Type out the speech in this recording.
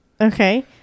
Okay